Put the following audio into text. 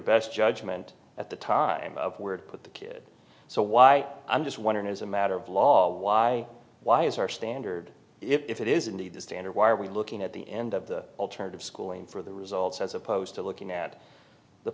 best judgment at the time of where to put the kid so why i'm just wondering as a matter of law why why is our standard if it is indeed the standard why are we looking at the end of the alternative schooling for the results as opposed to looking at the